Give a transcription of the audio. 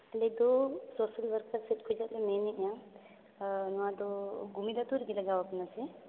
ᱟᱞᱮ ᱫᱚ ᱥᱚᱥᱟᱞ ᱚᱣᱟᱨᱠᱟᱨ ᱠᱷᱚᱰ ᱞᱮ ᱢᱮᱱᱮᱫᱼᱟ ᱱᱚᱣᱟ ᱫᱚ ᱜᱩᱢᱤᱫ ᱟᱹᱛᱩ ᱨᱮᱜᱮ ᱞᱟᱜᱟᱣ ᱠᱟᱱᱟ ᱥᱮ